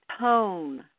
tone